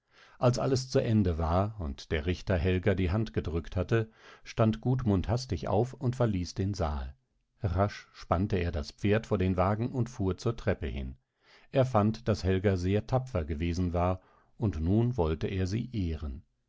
als alles zu ende war und der richter helga die hand gedrückt hatte stand gudmund hastig auf und verließ den saal rasch spannte er das pferd vor den wagen und fuhr zur treppe hin er fand daß helga sehr tapfer gewesen war und nun wollte er sie ehren